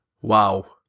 Wow